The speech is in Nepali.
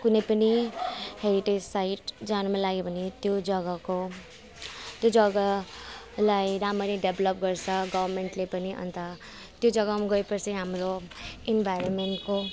कुनै पनि हेरिटेज साइट जानु मनलाग्यो भने त्यो जग्गाको त्यो जग्गालाई राम्ररी डेप्लप गर्छ गभर्मेन्टले पनि अन्त त्यो जग्गामा गयोपछि हाम्रो इन्भाइरोमेन्टको